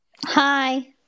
Hi